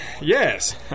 yes